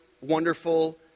wonderful